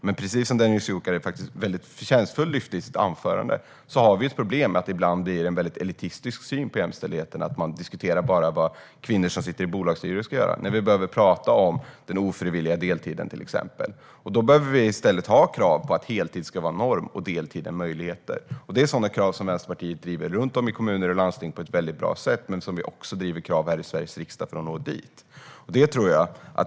Men precis som Dennis Dioukarev mycket förtjänstfullt framhöll i sitt anförande har vi ett problem med att det ibland blir en väldigt elitistisk syn på jämställdhet när man bara diskuterar de kvinnor som sitter i bolagsstyrelser. Vi behöver till exempel tala om ofrivillig deltid. Då behöver vi ha krav på att heltid ska vara norm och deltid en möjlighet. Det är krav som Vänsterpartiet driver i kommuner och landsting på ett bra sätt. Vi driver också krav här i Sveriges riksdag för att nå dit.